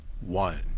one